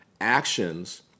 Actions